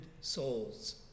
souls